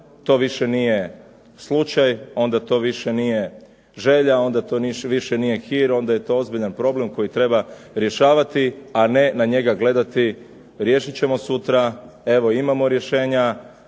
to više nije slučaj, onda to više nije želja, onda to više nije hir, onda je to ozbiljan problem koji treba rješavati a ne na njega gledati, riješit ćemo sutra, evo imamo rješenja,